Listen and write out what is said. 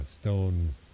stone